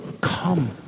Come